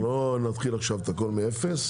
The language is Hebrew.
ולא נתחיל עכשיו את הכול מאפס.